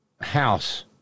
House